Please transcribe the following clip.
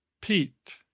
Pete